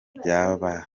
byabarumwanzi